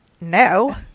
No